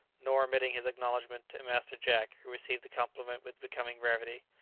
nor omitting his acknowledgment to master jack, who received the compliment with becoming gravity.